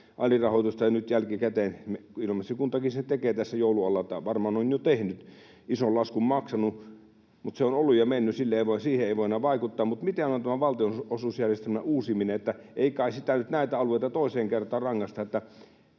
alirahoitusta jälkikäteen. Ilomantsin kuntakin sen tekee tässä joulun alla, varmaan on jo tehnyt, ison laskun maksanut, mutta se on ollut ja mennyt, siihen ei voi enää vaikuttaa. Mutta miten on tämän valtionosuusjärjestelmän uusiminen: ei kai siitä nyt näitä alueita toiseen kertaan rangaista?